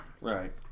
Right